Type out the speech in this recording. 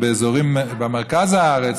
ובמרכז הארץ,